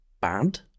bad